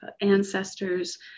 ancestors